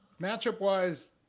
Matchup-wise